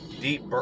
deep